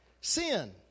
Sin